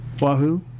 Wahoo